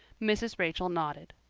mrs. rachel nodded.